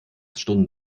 stunden